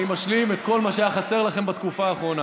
אני משלים את כל מה שהיה חסר לכם בתקופה האחרונה.